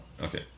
Okay